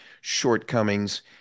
shortcomings